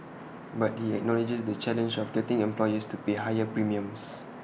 but he acknowledges the challenge of getting employers to pay higher premiums